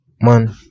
man